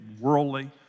worldly